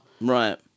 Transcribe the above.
Right